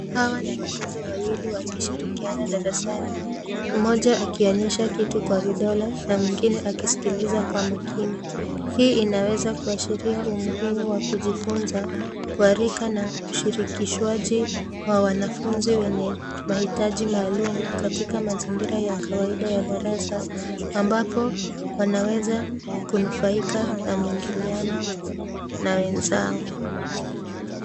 Hawa ni watoto wawili wakishirikiana darasani. Mmoja akionyesha kitu kwa vidole na mwingine akiskiliza kwa makini. Hii inaweza kuashiria umuhimu wa kujifunza, kuarika na ushirikishwaji wa wanafunzi wenye mahitaji maalum katika mazingira ya kawaida ya darasa, ambapo wanaweza kunufaika na mwingiliano na wenzao.